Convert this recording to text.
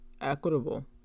equitable